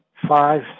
five